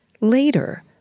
later